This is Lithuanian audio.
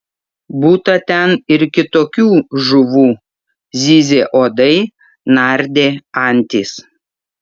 būta ten ir kitokių žuvų zyzė uodai nardė antys